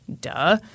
Duh